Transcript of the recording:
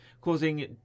Causing